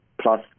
plus